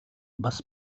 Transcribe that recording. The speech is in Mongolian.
бас